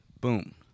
Boom